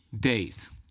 days